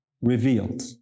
revealed